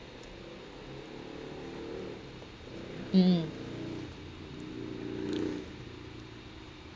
mm